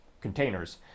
containers